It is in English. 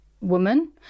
woman